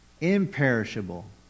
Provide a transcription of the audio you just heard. Imperishable